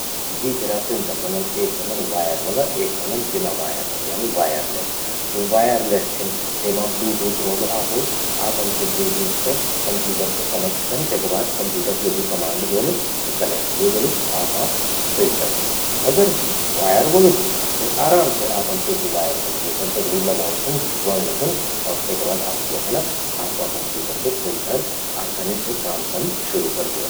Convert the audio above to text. द्वी तिरा प्रिंटर व्होंदन। एक वंदन वायर वला अर एक व्हंदन बिना वायर वला यानी वायरलैस। ज्वो वायरलैस छिन, तेमा ब्लूटूथ रौलू आपो। आपन ते ब्लूटूथ ते कंप्यूटर से कनेक्ट कन। तेका बाद कंप्यूटर ज्वो भी कमांड द्योलु, सी कनेक्ट व्हे जलु आपा प्रिंटर से। अगर स्वो वायर वलु चि, त आराम से आपन तेकि वायर कंप्यूटर दगड़ि लगौंण छिन, ज्वोंण छिन और तेका बाद आप द्योखला आपा कंप्यूटर बे प्रिंटर आसानी से काम कन शुरू कर द्योलु।